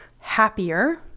happier